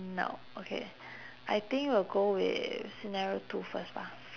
no okay I think we'll go with scenario two first bah